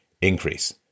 increase